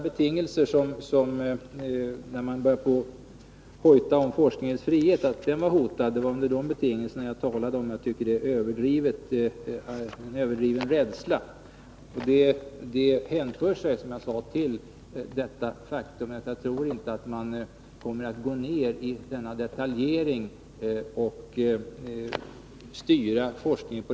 Det var emellertid när man började tala om att forskningens frihet var hotad som jag sade att det här är fråga om en överdriven rädsla. Jag tror nämligen inte att man kommer att i detalj styra forskningen.